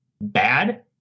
bad